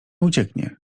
ucieknie